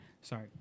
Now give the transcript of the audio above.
sorry